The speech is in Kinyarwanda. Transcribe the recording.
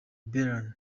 bryne